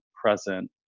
present